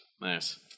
Nice